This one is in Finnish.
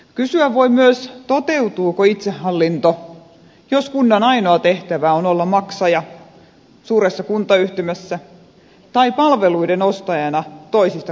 kysyä voi myös toteutuuko itsehallinto jos kunnan ainoa tehtävä on olla maksajana suuressa kuntayhtymässä tai palveluiden ostajana toisista kunnista